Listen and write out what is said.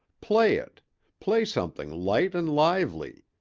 play it play something light and lively.